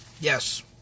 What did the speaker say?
Yes